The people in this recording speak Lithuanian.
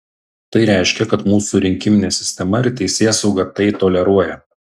tai reiškia kad mūsų rinkiminė sistema ir teisėsauga tai toleruoja